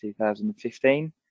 2015